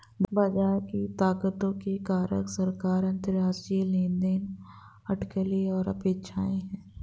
बाजार की ताकतों के कारक सरकार, अंतरराष्ट्रीय लेनदेन, अटकलें और अपेक्षाएं हैं